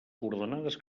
coordenades